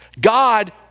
God